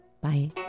Bye